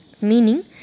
meaning